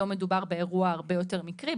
היום מדובר באירוע הרבה יותר מקרי.